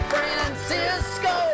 Francisco